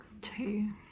Two